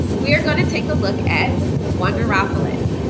we're gonna take a look at wonderopolis.